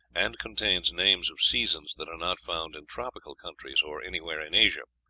and contains names of seasons that are not found in tropical countries or anywhere in asia.